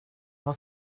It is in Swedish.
var